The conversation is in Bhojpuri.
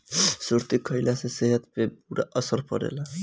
सुरती खईला से सेहत पे बुरा असर पड़ेला